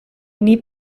niet